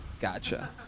Gotcha